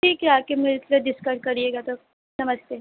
ठीक है आकर मिलकर डिस्कस करिएगा तब नमस्ते